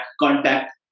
contact